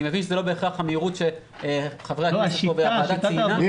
אני מבין שזה לא בהכרח המהירות שחברי הכנסת פה בוועדה ציפו.